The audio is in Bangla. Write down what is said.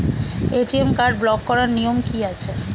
এ.টি.এম কার্ড ব্লক করার নিয়ম কি আছে?